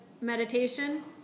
meditation